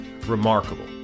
remarkable